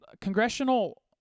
congressional